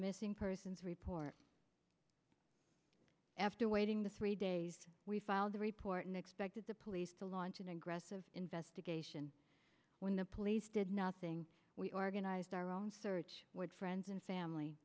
missing persons report awaiting the three days we filed the report and expected the police to launch an aggressive investigation when the police did nothing we organized our own search with friends and family